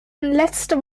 letzte